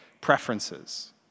preferences